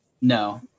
no